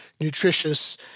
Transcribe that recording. nutritious